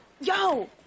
Yo